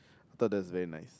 thought that was very nice